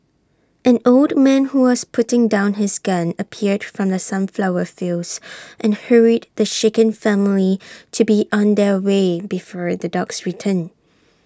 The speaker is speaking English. an old man who was putting down his gun appeared from the sunflower fields and hurried the shaken family to be on their way before the dogs return